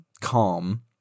calm